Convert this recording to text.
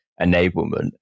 enablement